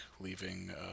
leaving